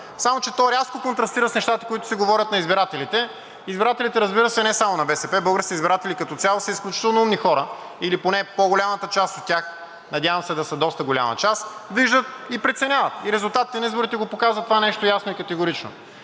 само че то рязко контрастира с нещата, които се говорят на избирателите – избирателите, разбира се, не само на БСП. Българските избиратели като цяло са изключително умни хора или поне по-голямата част от тях – надявам се да са доста голяма част, виждат и преценяват и резултатите на изборите го показват това нещо ясно и категорично.